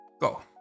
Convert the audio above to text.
Go